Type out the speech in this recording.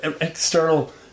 external